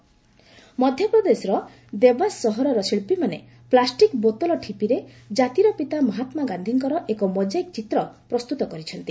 MP Gandhiji ମଧ୍ୟପ୍ରଦେଶର ଦେବାସ ସହରର ଶିଳ୍ପୀମାନେ ପ୍ଲାଷ୍ଟିକ୍ ବୋତଲ ଠିପିରେ ଜାତିର ପିତା ମହାତ୍ମା ଗାନ୍ଧିଙ୍କର ଏକ ମୋକାଇକ୍ ଚିତ୍ର ପ୍ରସ୍ତୁତ କରିଛନ୍ତି